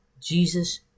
Jesus